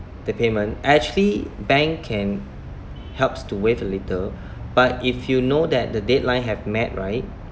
the payment actually bank can helps to waive a little but if you know that the deadline have met right